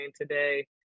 today